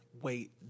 wait